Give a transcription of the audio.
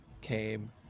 came